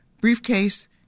briefcase